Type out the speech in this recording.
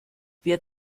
wer